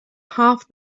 half